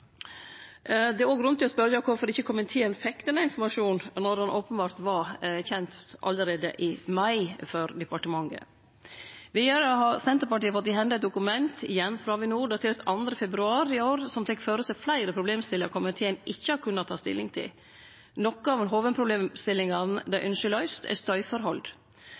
Det er òg grunn til å spørje kvifor komiteen ikkje fekk denne informasjonen, når han openbert var kjent for departementet allereie i mai. Vidare har Senterpartiet fått i hende eit dokument – igjen frå Avinor – datert 2. februar i år, som tek føre seg fleire problemstillingar komiteen ikkje har kunna ta stilling til. Nokre av hovudproblemstillingane dei ynskjer